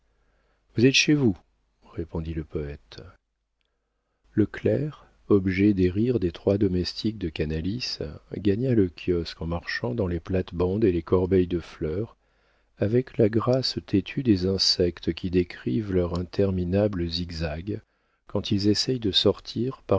amaury vous êtes chez vous répondit le poëte le clerc objet des rires des trois domestiques de canalis gagna le kiosque en marchant dans les plates-bandes et les corbeilles de fleurs avec la grâce têtue des insectes qui décrivent leurs interminables zigzags quand ils essayent de sortir